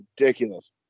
ridiculous